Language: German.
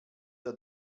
der